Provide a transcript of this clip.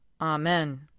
Amen